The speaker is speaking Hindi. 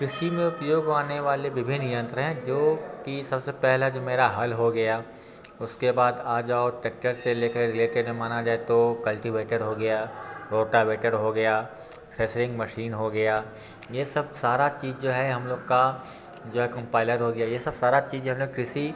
कृषि में उपयोग होने वाले विभिन्न यंत्र हैं जो कि सब से पहला जो मेरा हल हो गया उसके बाद आ जाओ टैक्टर से ले के रिलेटेड हम माना जाए तो कल्टिवेटर हो गया रोटवेटर हो गया थ्रेसिंग मसीन हो गया ये सब सारी चीज़ जो है हम लोग का जो है जो है कम्पायलर हो गया ये सब सारी चीज़ जो है हम लोग कृषि